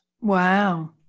Wow